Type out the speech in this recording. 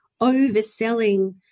overselling